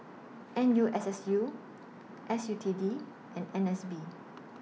N U S S U S U T D and N S B